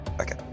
Okay